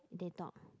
they talk